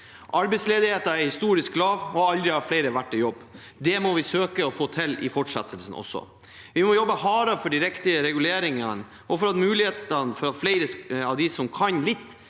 Arbeidsledigheten er historisk lav, og aldri har flere vært i jobb. Det må vi søke å få til i fortsettelsen også. Vi må jobbe hardere for de riktige reguleringene og for mulighetene for at flere av dem som kan litt